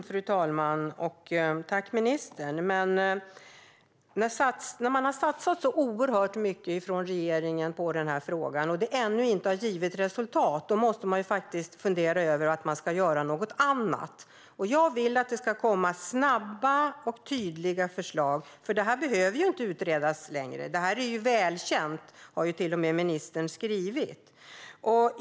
Fru talman! Tack, ministern! När regeringen har satsat oerhört mycket på denna fråga och det ännu inte har givit resultat måste man fundera över att göra något annat. Jag vill att det ska komma snabba och tydliga förslag, för detta behöver inte utredas längre. Detta är välkänt, har ministern till och med skrivit.